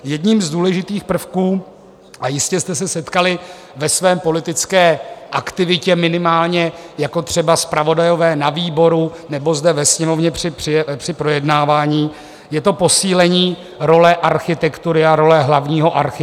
Jedním z důležitých prvků a jistě jste se setkali ve své politické aktivitě, minimálně jako třeba zpravodajové na výboru nebo zde ve Sněmovně při projednávání je to posílení role architektury a role hlavního architekta.